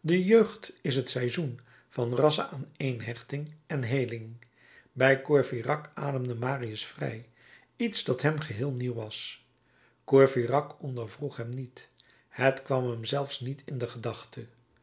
de jeugd is het seizoen van rassche aaneenhechting en heeling bij courfeyrac ademde marius vrij iets dat hem geheel nieuw was courfeyrac ondervroeg hem niet het kwam hem zelfs niet in de gedachte